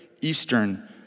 Eastern